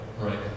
Right